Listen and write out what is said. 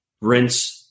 Rinse